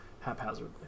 haphazardly